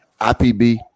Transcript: IPB